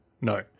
No